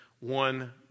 one